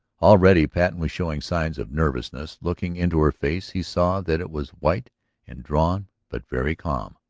already patten was showing signs of nervousness. looking into her face he saw that it was white and drawn but very calm.